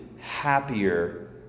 happier